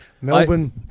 Melbourne